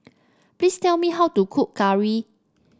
please tell me how to cook curry